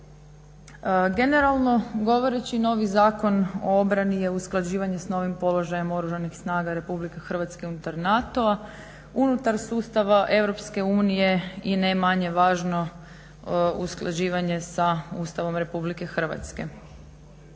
Generalno govoreći novi Zakon o obrani je usklađivanje s novim položajem Oružanih snaga RH unutar NATO-a, unutar sustava EU i ne manje važno usklađivanje sa Ustavom RH.